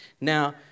Now